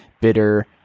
bitter